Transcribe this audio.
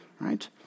right